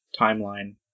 timeline